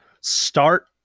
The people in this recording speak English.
start